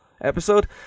episode